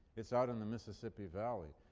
it's out in the mississippi valley.